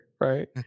right